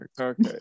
okay